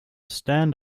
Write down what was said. stand